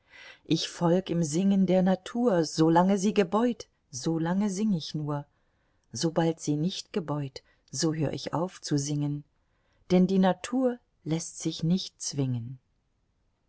ich folg im singen der natur solange sie gebeut solange sing ich nur sobald sie nicht gebeut so hör ich auf zu singen denn die natur läßt sich nicht zwingen